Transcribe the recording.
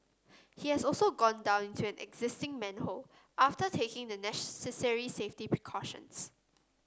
he has also gone down into an existing manhole after taking the necessary safety precautions